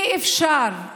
אי-אפשר,